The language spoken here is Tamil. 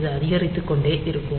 இது அதிகரித்துக்கொண்டே இருக்கும்